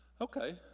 okay